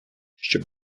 щоб